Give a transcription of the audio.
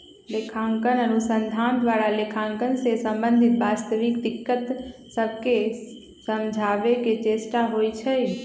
लेखांकन अनुसंधान द्वारा लेखांकन से संबंधित वास्तविक दिक्कत सभके समझाबे के चेष्टा होइ छइ